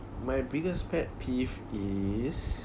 my biggest pet peeve is